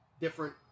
different